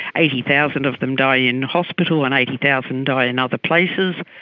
eighty thousand of them die in hospital and eighty thousand die in other places.